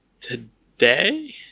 today